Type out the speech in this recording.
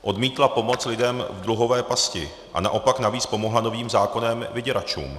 Odmítla pomoc lidem v dluhové pasti a naopak navíc pomohla novým zákonem vyděračům.